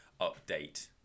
update